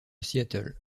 seattle